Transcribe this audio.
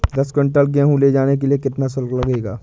दस कुंटल गेहूँ ले जाने के लिए कितना शुल्क लगेगा?